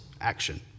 action